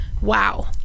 wow